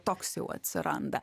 toks jau atsiranda